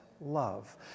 love